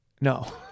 No